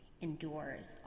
endures